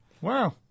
Wow